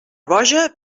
boja